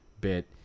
bit